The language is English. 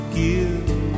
give